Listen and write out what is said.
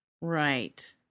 Right